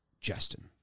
Justin